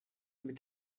mit